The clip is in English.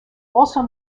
also